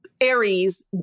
Aries